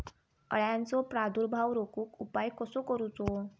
अळ्यांचो प्रादुर्भाव रोखुक उपाय कसो करूचो?